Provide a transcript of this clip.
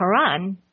Quran